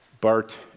Bart